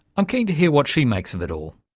i'm keen to hear what she makes of it all.